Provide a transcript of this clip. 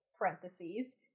parentheses